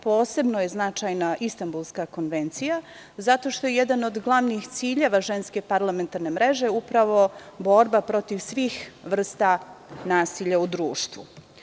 Posebno je značajna Istanbulska konvencija, zato što je jedan od glavnih ciljeva Ženske parlamentarne mreže upravo borba protiv svih vrsta nasilja u društvu.